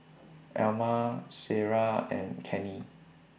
Elma Ciera and Kenney